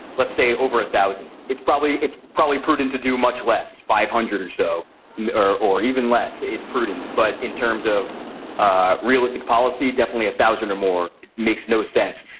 let's say over a thousand. it's probably it's probably prudent to do much less. five hundred or so or or even less is prudent. but in terms of ah realistic policy, definitely a thousand or more makes no sense.